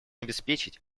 обеспечить